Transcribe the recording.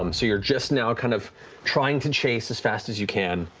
um so you're just now kind of trying to chase as fast as you can.